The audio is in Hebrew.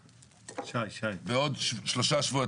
בעוד שלושה שבועות,